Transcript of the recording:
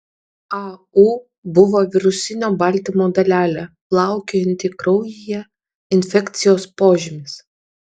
au buvo virusinio baltymo dalelė plaukiojanti kraujyje infekcijos požymis